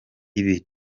ibi